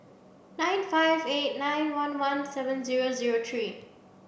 nine five eight nine one one seven zero zero three